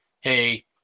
hey